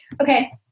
Okay